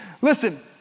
Listen